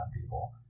people